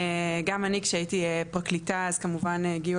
גם אני כשהייתי פרקליטה אז כמובן הגיעו